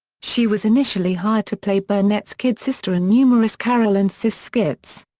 she was initially hired to play burnett's kid sister in numerous carol and sis skits.